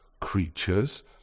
creatures